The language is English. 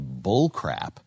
bullcrap